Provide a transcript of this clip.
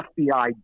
FBI